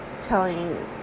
telling